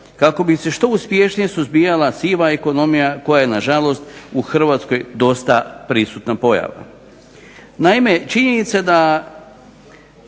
kako bi se što uspješnije suzbijala siva ekonomija koja je nažalost u Hrvatskoj dosta prisutna pojava. Naime, činjenica je